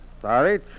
Sorry